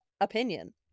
opinion